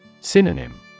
Synonym